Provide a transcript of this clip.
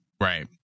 Right